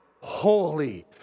Holy